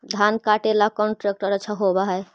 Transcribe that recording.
धान कटे ला कौन ट्रैक्टर अच्छा होबा है?